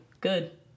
good